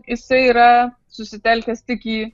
jisai yra susitelkęs tik į